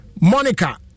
Monica